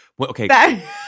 Okay